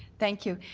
thank you.